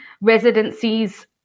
residencies